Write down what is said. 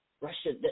Russia